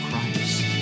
Christ